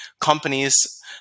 companies